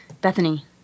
Bethany